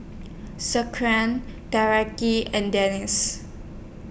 and Deris